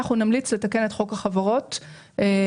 אנחנו נמליץ לתקן את חוק החברות ולחייב